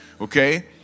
okay